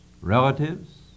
relatives